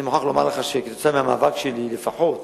אני מוכרח לומר לך שכתוצאה מהמאבק שלי, לפחות